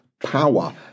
power